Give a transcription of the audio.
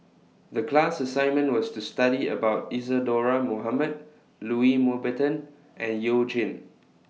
The class assignment was to study about Isadhora Mohamed Louis Mountbatten and YOU Jin